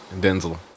Denzel